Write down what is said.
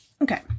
Okay